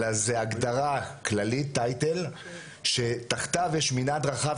אלא זה הגדרה כללית 'טייטל' שתחתה יש מנעד רחב